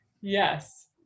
Yes